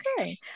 Okay